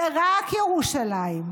ורק ירושלים.